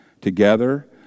together